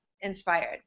inspired